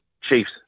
Chiefs